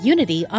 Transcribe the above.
Unity